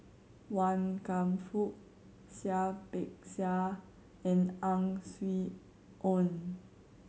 Wan Kam Fook Seah Peck Seah and Ang Swee Aun